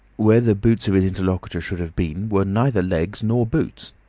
where the boots of his interlocutor should have been were neither legs nor boots.